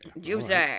Juicy